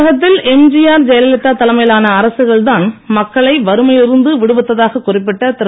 தமிழகத்தில் எம்ஜிஆர் ஜெயலலிதா தலைமையிலான அரசுகள் தான் மக்களை வறுமையில் இருந்து விடுவித்ததாக குறிப்பிட்ட திரு